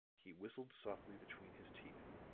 he whistled softly between his teeth.